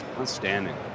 Outstanding